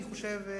אני חושב,